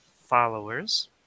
followers